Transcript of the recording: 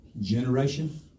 Generation